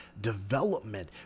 development